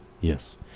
Yes